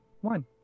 one